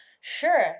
Sure